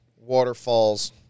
waterfalls